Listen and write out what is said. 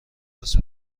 راست